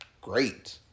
great